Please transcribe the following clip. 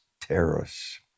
terrorists